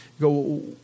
go